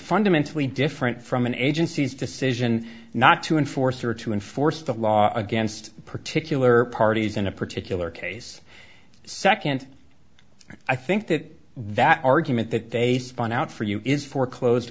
fundamentally different from an agency's decision not to enforce or to enforce the law against particular parties in a particular case second i think that that argument that they spun out for you is foreclosed